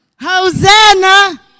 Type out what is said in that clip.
Hosanna